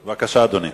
בבקשה, אדוני.